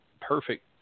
perfect